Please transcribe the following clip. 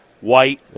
White